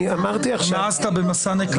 אני אמרתי עכשיו --- ומאז אתה במסע נקמה.